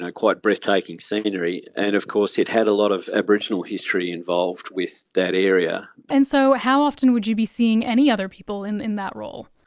ah quite breathtaking scenery and of course it had a lot of aboriginal history involved with that area. and so how often would you be seeing any other people in in that role?